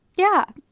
yeah.